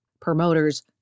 Promoters